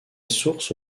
source